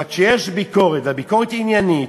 אבל כשיש ביקורת, והביקורת היא עניינית,